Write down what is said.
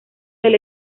del